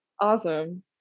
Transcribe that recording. Awesome